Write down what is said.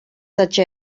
such